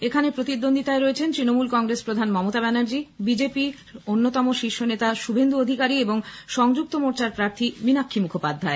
এখানে প্রতিদ্বন্দ্বিতায় রয়েছেন ত্রণমূল কংগ্রেস প্রধান মমতা ব্যানার্জী বিজেপি অন্যতম শীর্ষ নেতা শুভেন্দু অধিকারী ও সংযুক্ত মোর্চার প্রার্থীর মিনাক্ষী মুখোপাধ্যায়